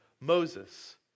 Moses